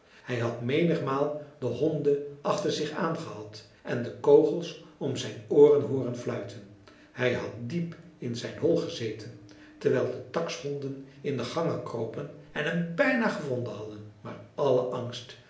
hij had menigmaal de honden achter zich aan gehad en de kogels om zijn ooren hooren fluiten hij had diep in zijn hol gezeten terwijl de taxhonden in de gangen kropen en hem bijna gevonden hadden maar alle angst